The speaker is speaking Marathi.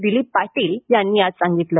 दिलीप पाटील यांनी आज सांगितलं